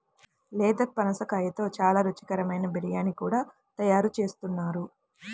లేత పనసకాయతో చాలా రుచికరమైన బిర్యానీ కూడా తయారు చేస్తున్నారు